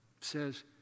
says